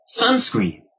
sunscreen